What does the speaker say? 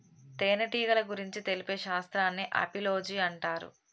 తేనెటీగల గురించి తెలిపే శాస్త్రాన్ని ఆపిలోజి అంటారు